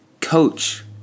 coach